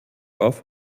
auf